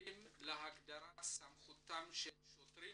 נהלים להגדרת סמכותם של שוטרים